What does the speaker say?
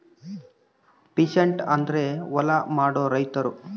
peasant ಅಂದ್ರ ಹೊಲ ಮಾಡೋ ರೈತರು